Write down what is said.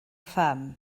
pham